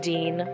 Dean